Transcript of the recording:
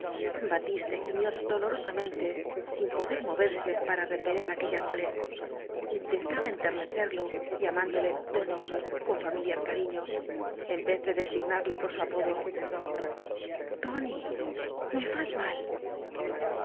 batiste gimió clolorosaniente sin poder mo verse para repeler aquella mole intentaba en ternecerlo llamándole tóni con familiar cariño en vez de designarle por su apodo tóni me fas mal